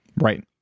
Right